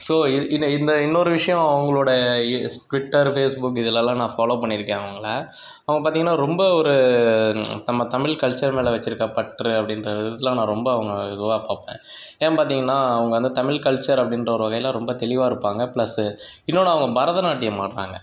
so இது இதை இந்த இன்னொரு விஷயோம் அவங்களோட இ ஸ் ட்விட்டர் ஃபேஸ்புக் இதுலெலா நான் ஃபாலோ பண்ணியிருக்கேன் அவங்கள அவங்க பார்த்தீங்கனா ரொம்ப ஒரு நம்ப தமிழ் கல்ச்சர் மேல் வச்சிருக்கிற பற்று அப்படின்ற விதத்தில் நான் ரொம்ப அவங்க இதுவாக பார்ப்பேன் ஏன் பார்த்தீங்கனா அவங்க வந்து தமிழ் கல்ச்சர் அப்படின்ற ஒரு வகையில் ரொம்ப தெளிவாக இருப்பாங்க ப்ளஸ் இன்னோன்று அவங்க பரதநாட்டியம் ஆடுறாங்க